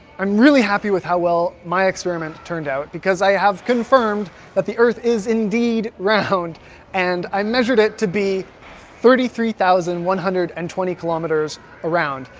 i'm really happy with how well my experiment turned out because i have confirmed that the earth is indeed round and i measured it to be thirty three thousand one hundred and twenty kilometers around.